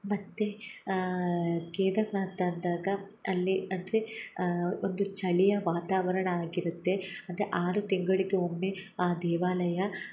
ಮತ್ತು ಕೇದರ್ನಾಥ್ ಅಂತಾಗ ಅಲ್ಲಿ ಅಂದರೆ ಒಂದು ಚಳಿಯ ವಾತಾವರಣ ಆಗಿರುತ್ತೆ ಅಂದರೆ ಆರು ತಿಂಗಳಿಗೆ ಒಮ್ಮೆ ಆ ದೇವಾಲಯ